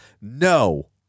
No